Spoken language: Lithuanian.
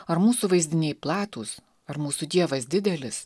ar mūsų vaizdiniai platūs ar mūsų dievas didelis